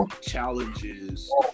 challenges